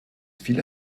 viele